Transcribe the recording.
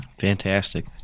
Fantastic